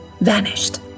vanished